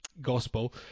gospel